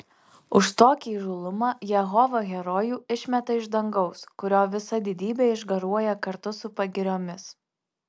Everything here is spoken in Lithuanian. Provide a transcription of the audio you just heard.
už tokį įžūlumą jehova herojų išmeta iš dangaus kurio visa didybė išgaruoja kartu su pagiriomis